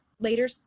later